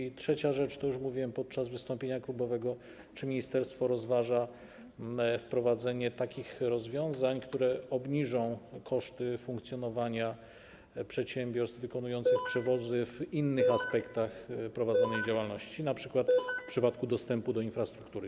I trzecia rzecz, o której już mówiłem podczas wystąpienia klubowego: Czy ministerstwo rozważa wprowadzenie takich rozwiązań, które obniżą koszty funkcjonowania przedsiębiorstw wykonujących przewozy w innych aspektach prowadzenia działalności, np. w przypadku dostępu do infrastruktury?